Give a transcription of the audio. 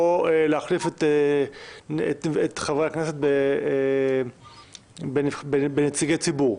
או להחליף את חברי הכנסת בנציגי ציבור?